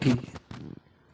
ठीक है